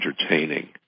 entertaining